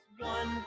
One